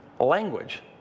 language